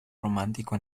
romántico